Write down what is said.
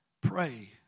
Pray